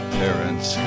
parents